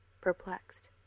perplexed